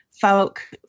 folk